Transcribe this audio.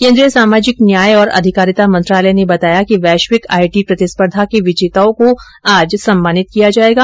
केंद्रीय सामाजिक न्याय और अधिकारिता मंत्रालय ने बताया कि वैश्विक आईटी प्रतिस्पर्धा के विजेताओं को आज सम्मानित किया जाएगा